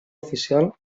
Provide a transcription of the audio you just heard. oficial